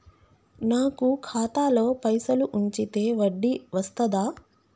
నాకు ఖాతాలో పైసలు ఉంచితే వడ్డీ వస్తదా?